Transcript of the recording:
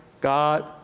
God